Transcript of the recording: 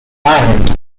island